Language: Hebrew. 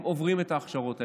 הם עוברים את ההכשרות האלה.